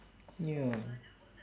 ya